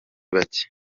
bakeya